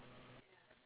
ya